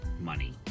money